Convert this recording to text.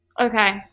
Okay